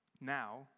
Now